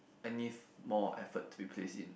any f~ more effort to be place in